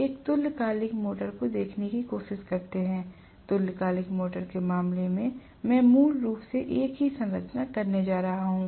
हम एक तुल्यकालिक मोटर को देखने की कोशिश करते हैं तुल्यकालिक मोटर के मामले में मैं मूल रूप से एक ही संरचना करने जा रहा हूं